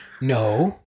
No